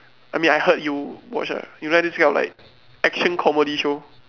I mean I heard you watch ah you like this kind of like action comedy show